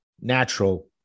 natural